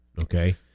okay